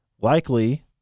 likely